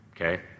okay